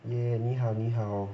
yeah 你好你好